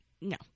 No